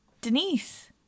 Denise